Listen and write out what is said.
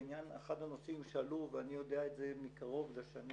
אחד הנושאים שעלו ואני יודע את זה מקרוב בגלל שאני